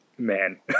Man